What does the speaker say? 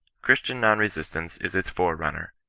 christian non-resistance is its forerunner,